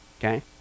Okay